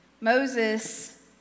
Moses